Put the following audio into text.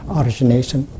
origination